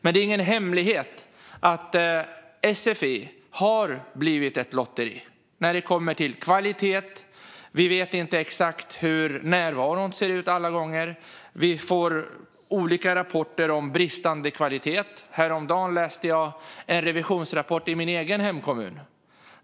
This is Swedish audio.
Det är ingen hemlighet att sfi har blivit ett lotteri när det kommer till kvalitet. Vi vet inte exakt hur närvaron ser ut alla gånger. Vi får olika rapporter om bristande kvalitet. Häromdagen läste jag en revisionsrapport i min egen hemkommun.